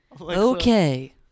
okay